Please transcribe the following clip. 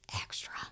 extra